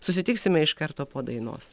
susitiksime iš karto po dainos